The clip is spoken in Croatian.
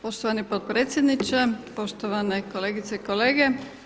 Poštovani potpredsjedniče, poštovane kolegice i kolege.